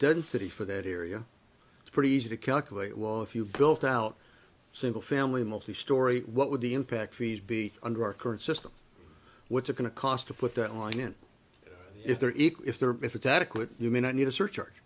density for that area it's pretty easy to calculate well if you built out single family multi story what would the impact feet be under our current system which is going to cost to put that line in if they're equal if they're if it's adequate you may not need a surcharge